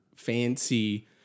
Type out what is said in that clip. fancy